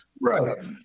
right